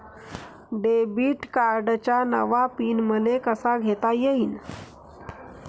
Debit कार्डचा नवा PIN मले कसा घेता येईन?